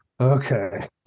Okay